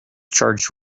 charged